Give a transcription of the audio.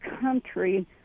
country